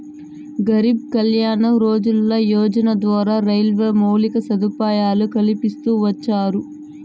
గరీబ్ కళ్యాణ్ రోజ్గార్ యోజన ద్వారా రైల్వేలో మౌలిక సదుపాయాలు కల్పిస్తూ వచ్చారు